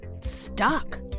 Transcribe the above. stuck